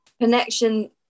connection